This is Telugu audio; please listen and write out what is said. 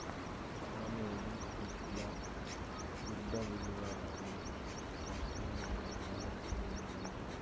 కమొడిటీస్ల దుడ్డవిలువ దాని వస్తువు మీద ఆధారపడి ఉండాలి